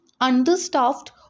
understaffed